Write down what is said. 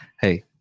Hey